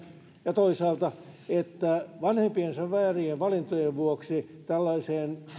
ja toisaalta että vanhempiensa väärien valintojen vuoksi tällaisiin